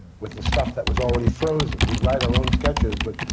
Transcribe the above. with the stuff that was already frozen. we'd write our own sketches, but.